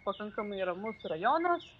pakankamai ramus rajonas